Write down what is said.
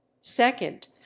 second